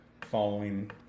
following